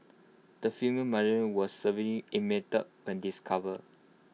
the female was severely emaciated when discovered